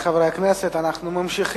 חברי חברי הכנסת, אנחנו ממשיכים: